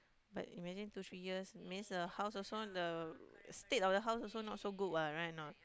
but imagine two three years means the house also the state of the house also not so good what right or not